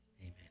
Amen